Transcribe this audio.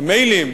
מיילים,